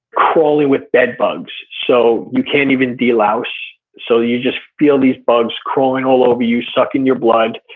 crawling with bedbugs, so you can't even delouse. so you just feel these bugs crawling all over you, sucking your blood,